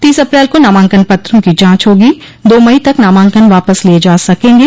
तीस अप्रैल को नामांकन पत्रों की जांच होगी दा मई तक नामांकन वापस लिये जा सकेंगे